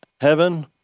Heaven